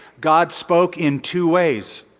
god spoke in two ways.